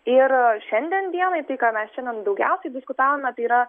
ir šiandien dienai tai ką mes šiandien daugiausiai diskutavome tai yra